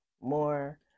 more